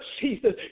Jesus